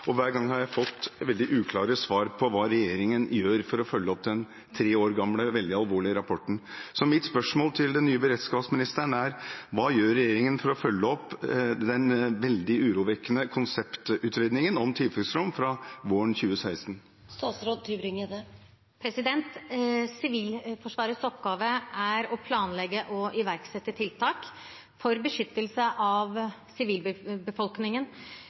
Hver gang har jeg fått veldig uklare svar på hva regjeringen gjør for å følge opp den tre år gamle veldig alvorlige rapporten. Så mitt spørsmål til den nye samfunnssikkerhetsministeren er: Hva gjør regjeringen for å følge opp den veldig urovekkende konseptutredningen om tilfluktsrom fra våren 2016? Sivilforsvarets oppgave er å planlegge og iverksette tiltak for beskyttelse av sivilbefolkningen